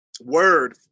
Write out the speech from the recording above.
Word